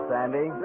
Sandy